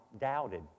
doubted